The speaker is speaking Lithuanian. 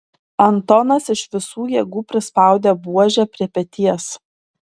antonas iš visų jėgų prispaudė buožę prie peties